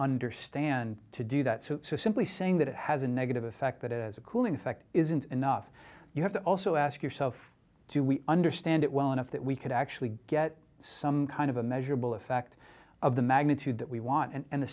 understand to do that so simply saying that it has a negative effect that as a cooling effect isn't enough you have to also ask yourself do we understand it well enough that we could actually get some kind of a measurable effect of the magnitude that we want and